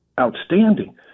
outstanding